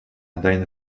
deine